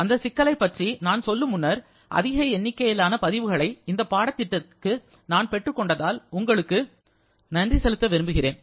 அந்த சிக்கலை பற்றி நான் சொல்லும் முன்னர் அதிக எண்ணிக்கையிலான பதிவுகளை இந்த பாடத் திட்டத்திற்கு நான் பெற்றுக் கொண்டதால் உங்களுக்கு நன்றி செலுத்த விரும்புகிறேன்